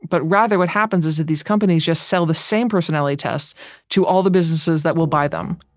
but rather what happens is that these companies just sell the same personality test to all the businesses that will buy them